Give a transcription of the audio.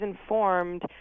informed